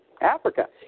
Africa